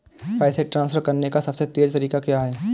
पैसे ट्रांसफर करने का सबसे तेज़ तरीका क्या है?